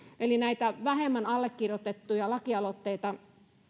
eli näitä vähemmän allekirjoitettuja lakialoitteita